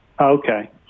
okay